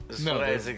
No